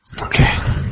Okay